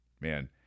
Man